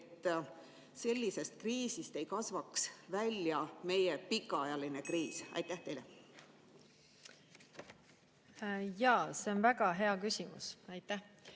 et sellisest kriisist ei kasvaks välja meie pikaajaline kriis? Jaa, see on väga hea küsimus. Aitäh!